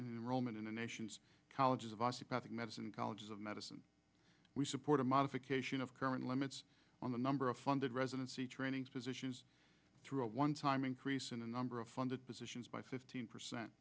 and in the nation's colleges of us the path medicine college of medicine we support a modification of current limits on the number of funded residency training physicians through a one time increase number of funded positions by fifteen percent